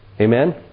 Amen